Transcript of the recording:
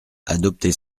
adopter